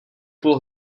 půl